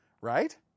right